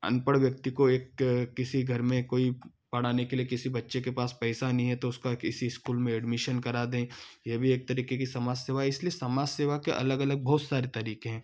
अनपढ़ व्यक्ति को एक किसी घर में कोई पढ़ाने के लिए किसी बच्चे के पास पैसा नहीं है तो उसका किसी स्कूल में एडमिशन करा दें यह भी एक तरीके की समाज सेवा है इसलिए समाज सेवा के अलग अलग बहुत सारे तरीके हैं